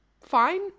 fine